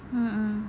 mm mm